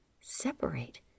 separate